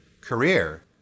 career